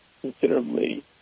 considerably